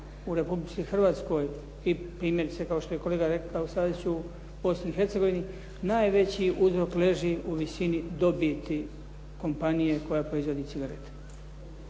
u Republici Hrvatskoj, i primjerice kao što je kolega rekao Staziću Bosni i Hercegovini najveći uzrok leži u visini dobiti kompanije koja proizvodi cigarete.